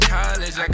college